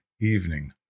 Evening